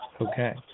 Okay